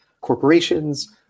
corporations